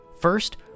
First